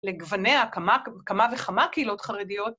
לגווניה כמה, כמה וכמה קהילות חרדיות.